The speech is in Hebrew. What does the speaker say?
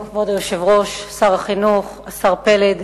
כבוד היושב-ראש, שר החינוך, השר פלד,